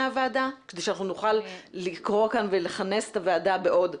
הוועדה כדי שאנחנו לקרוא כאן ולכנס את הוועדה בעוד,